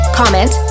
comment